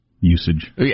Usage